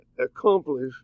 accomplish